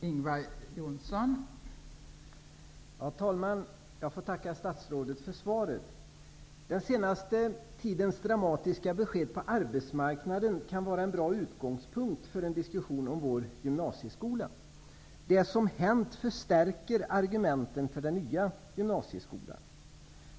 Fru talman! Jag får tacka statsrådet för svaret. Den senaste tidens dramatiska besked på arbetsmarknaden kan vara en bra utgångspunkt för en diskussion om vår gymnasieskola. Det som har hänt förstärker argumenten för den nya gymnasieskolan.